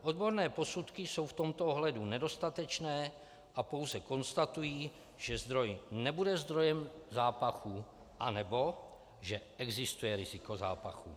Odborné posudky jsou v tomto ohledu nedostatečné a pouze konstatují, že zdroj nebude zdrojem zápachu, anebo že existuje riziko zápachu.